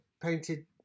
painted